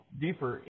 deeper